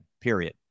period